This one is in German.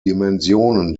dimensionen